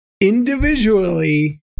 individually